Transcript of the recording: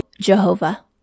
Jehovah